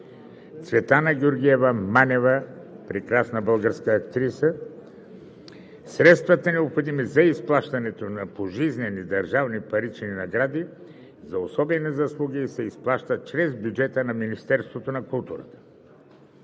Цветана Георгиева Манева – актриса. Средствата, необходими за изплащането на пожизнени държавни парични награди за особени заслуги, се изплащат чрез бюджета на Министерството на културата.